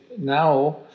now